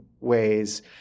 ways